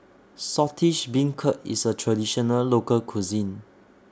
Saltish Beancurd IS A Traditional Local Cuisine